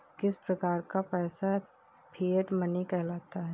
किस प्रकार का पैसा फिएट मनी कहलाता है?